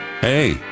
Hey